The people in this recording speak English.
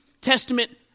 Testament